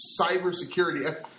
cybersecurity